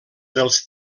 dels